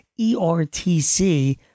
ERTC –